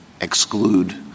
exclude